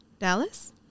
Dallas